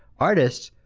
artists,